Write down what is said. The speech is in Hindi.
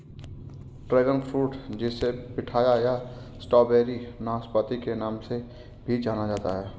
ड्रैगन फ्रूट जिसे पिठाया या स्ट्रॉबेरी नाशपाती के नाम से भी जाना जाता है